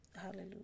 Hallelujah